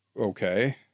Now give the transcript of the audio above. Okay